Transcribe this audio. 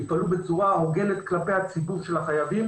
יפעלו בצורה הוגנת כלפי ציבור החייבים